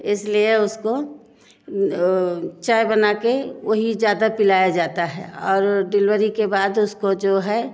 इस लिए उसको चाय बना के वही ज़्यादा पिलाया जाता है और डिलवरी के बाद उसको जो है